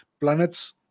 Planets